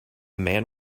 man